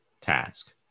task